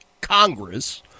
Congress